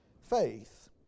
faith